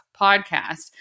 podcast